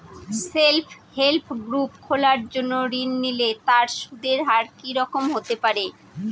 Self help group খোলার জন্য ঋণ নিলে তার সুদের হার কি রকম হতে পারে?